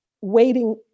waiting